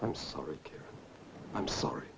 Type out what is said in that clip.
i'm sorry i'm sorry